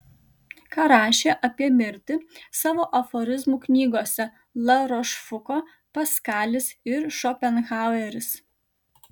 ką rašė apie mirtį savo aforizmų knygose larošfuko paskalis ir šopenhaueris